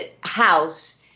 house –